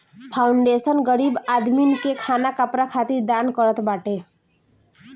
foundation गरीब आदमीन के खाना कपड़ा खातिर दान करत बाटे